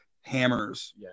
hammers